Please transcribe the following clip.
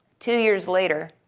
two years later,